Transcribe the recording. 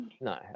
no